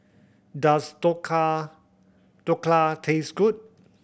does Dhokla Dhokla taste good